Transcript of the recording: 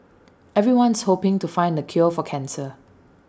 everyone's hoping to find the cure for cancer